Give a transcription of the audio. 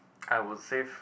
I would say